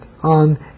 on